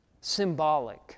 symbolic